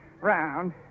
round